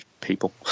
people